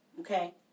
okay